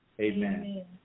Amen